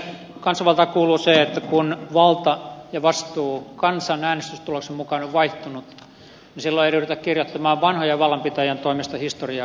kansanvaltaan kuuluu se että kun valta ja vastuu kansan äänestystuloksen mukaan on vaihtunut niin silloin ei ryhdytä kirjoittamaan vanhojen vallanpitäjien toimesta historiaa uusiksi